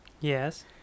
Yes